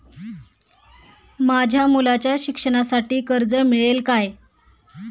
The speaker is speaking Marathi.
माझ्या मुलाच्या शिक्षणासाठी कर्ज मिळेल काय?